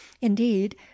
indeed